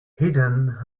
hidden